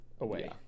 away